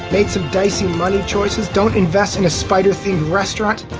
made some dicey money choices. don't invest in a spider themed restaurant.